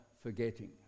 forgetting